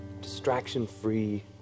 distraction-free